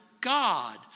God